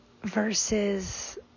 versus